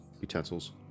utensils